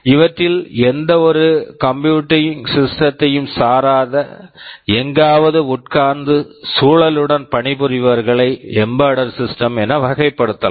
இவற்றில் எந்த ஒரு கம்ப்யூட்டிங் சிஸ்டம்ஸ்somputing systems ஐயும் சாராத எங்காவது உட்கார்ந்து சூழலுடன் பணிபுரிபவர்களை எம்பெடெட் சிஸ்டம்ஸ் Embedded Systems என வகைப்படுத்தலாம்